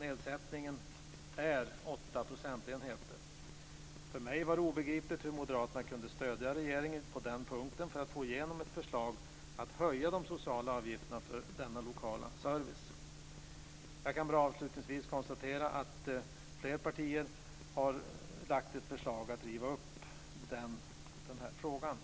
Nedsättningen är 8 procentenheter. För mig var det obegripligt att moderaterna kunde stödja regeringen på den punkten för att få igenom ett förslag om att höja de sociala avgifterna för denna lokala service. Jag kan bara konstatera att fler partier har lagt fram förslag om att riva upp beslutet i den här frågan.